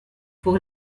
pour